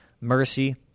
mercy